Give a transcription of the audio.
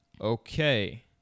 Okay